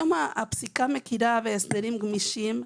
היום הפסיקה מכירה בהסדרים גמישים,